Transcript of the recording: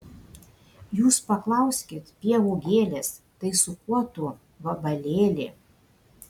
jūs paklauskit pievų gėlės tai su kuo tu vabalėli